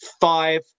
five